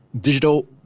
digital